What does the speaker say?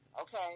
Okay